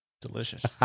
Delicious